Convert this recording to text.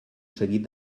seguit